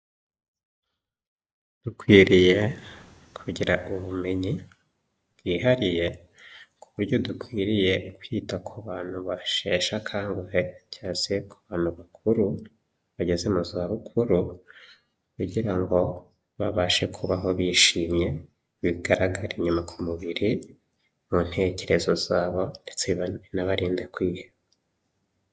Dukwiriye kugira ubumenyi bwihariye, ku buryo dukwiriye kwita ku bantu basheshe akanguhe cyangwa se ku bantu bakuru bageze mu zabukuru, kugira ngo babashe kubaho bishimye, bigaragare inyuma ku mubiri, mu ntekerezo zabo ndetse binabarinde kwiheba.